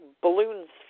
balloons